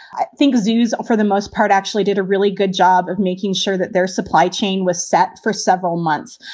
i think zoos, for the most part, actually did a really good job of making sure that their supply chain was set for several months.